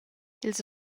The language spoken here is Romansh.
ils